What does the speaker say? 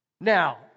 Now